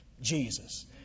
Jesus